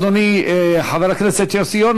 אדוני חבר הכנסת יוסי יונה,